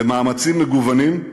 במאמצים מגוונים,